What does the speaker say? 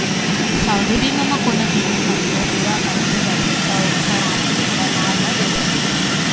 सावधि बीमा म कोनो बीमित मनखे ह पूरा अपाहिज हो जाथे त ओखर आसरित ल लाभ ल दे जाथे